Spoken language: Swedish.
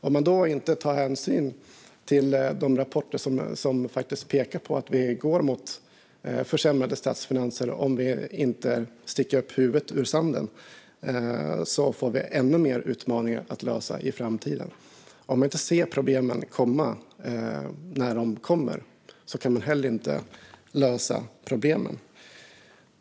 Om man inte tar hänsyn till de rapporter som pekar på att vi går mot försämrade statsfinanser om vi inte sticker upp huvudet ur sanden får man ännu fler utmaningar att lösa i framtiden. Om man inte ser problemen komma när de kommer kan man heller inte lösa dem.